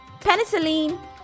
penicillin